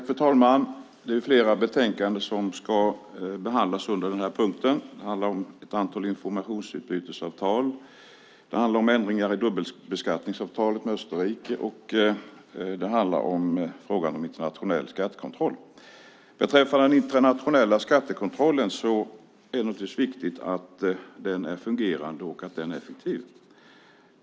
Fru talman! Det är flera betänkanden som ska behandlas under den här punkten. Det handlar om ett antal informationsutbytesavtal, om ändringar i dubbelbeskattningsavtalet med Österrike och om frågan om internationell skattekontroll. Beträffande den internationella skattekontrollen är det viktigt att den är fungerande och effektiv.